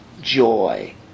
Joy